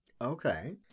Okay